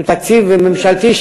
שהוא תקציב ממשלתי,